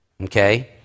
Okay